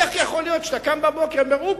איך יכול להיות שאתה קם בבוקר, אומר: אופס,